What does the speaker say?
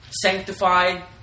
Sanctified